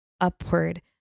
upward